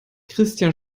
christian